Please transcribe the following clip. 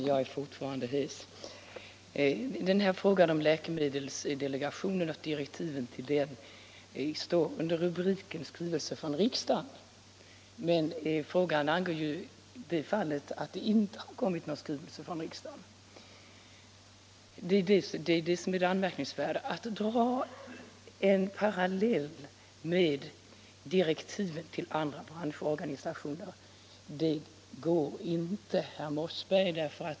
Herr talman! Direktiven till läkemedelsdelegationen debatteras under den rubrik som rör skrivelser från riksdagen, men frågan gäller ju just att det inte har kommit någon skrivelse från riksdagen. Det är det som är det anmärkningsvärda. Att dra en parallell med direktiven till andra branschorganisationer går inte, herr Mossberg.